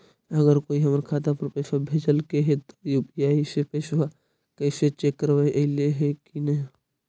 अगर कोइ हमर खाता पर पैसा भेजलके हे त यु.पी.आई से पैसबा कैसे चेक करबइ ऐले हे कि न?